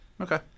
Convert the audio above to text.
Okay